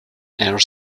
air